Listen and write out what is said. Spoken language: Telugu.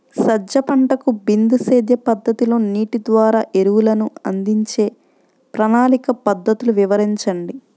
సజ్జ పంటకు బిందు సేద్య పద్ధతిలో నీటి ద్వారా ఎరువులను అందించే ప్రణాళిక పద్ధతులు వివరించండి?